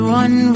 one